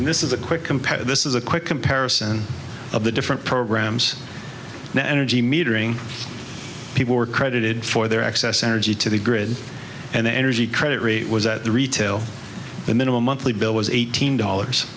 and this is a quick compare this is a quick comparison of the different programs and energy metering people were credited for their excess energy to the grid and the energy credit rate was at the retail the minimum monthly bill was eighteen dollars